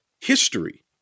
history